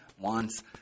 Wants